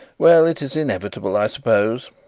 well, it is inevitable, i suppose.